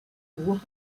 cours